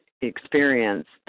experienced